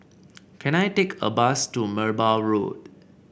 can I take a bus to Merbau Road